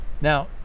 Now